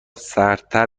سردتر